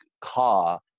car